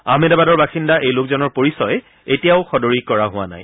আহমেদাবাদৰ বাসিন্দা এই লোকজনৰ পৰিচয় এতিয়াও সদৰি কৰা হোৱা নাই